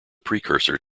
precursor